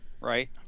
Right